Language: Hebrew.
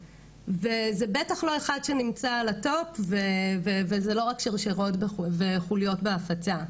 וזה בטח לא אחד שנמצא על הטופ וזה לא רק שרשראות וחוליות בהפצה,